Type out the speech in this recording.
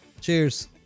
Cheers